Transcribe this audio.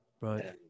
right